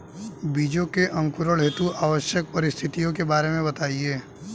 बीजों के अंकुरण हेतु आवश्यक परिस्थितियों के बारे में बताइए